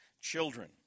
Children